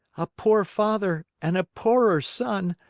a poor father and a poorer son,